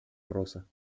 rosa